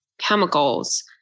chemicals